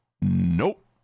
Nope